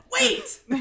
Wait